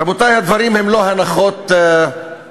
רבותי, הדברים הם לא הנחות שווא,